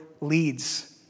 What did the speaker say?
leads